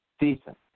Decent